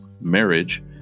marriage